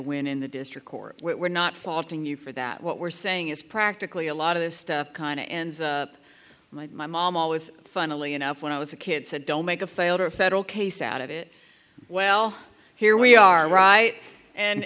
win in the district court we're not faulting you for that what we're saying is practically a lot of this stuff kind of ends up my mom always funnily enough when i was a kid said don't make a failed or a federal case out of it well here we are right and